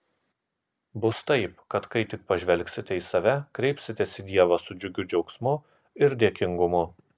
bus taip kad kai tik pažvelgsite į save kreipsitės į dievą su džiugiu džiaugsmu ir dėkingumu